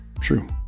true